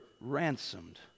ransomed